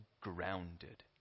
grounded